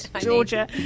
Georgia